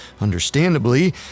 understandably